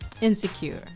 Insecure